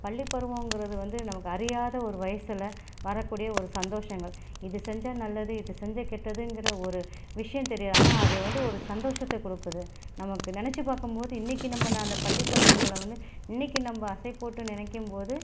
பள்ளி பருவங்கிறது வந்து நமக்கு அறியாத ஒரு வயசில் வரக்கூடிய ஒரு சந்தோசங்கள் இது செஞ்சால் நல்லது இது செஞ்சா கெட்டதுங்கிற ஒரு விஷயம் தெரியாது ஆனால் அது வந்து ஒரு சந்தோசத்தை கொடுக்குது நமக்கு நினச்சு பார்க்கும் போது இன்றைக்கு நம்ம அந்த பள்ளி பருவங்களை வந்து இன்றைக்கு நம்ம அசைப் போட்டு நினைக்கும் போது